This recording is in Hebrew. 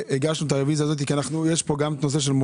תדע ששנינו הגשנו אז יש לך גם אפשרות לנמק אם אתה רוצה.